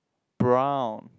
brown